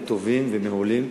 טובים ומעולים,